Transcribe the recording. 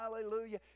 Hallelujah